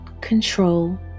control